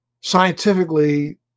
scientifically